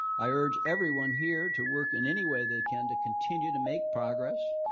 i urge everyone here to work in any way they can to continue to make progress.